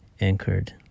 anchored